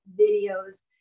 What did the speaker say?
videos